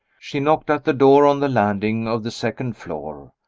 she knocked at the door on the landing of the second floor.